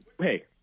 hey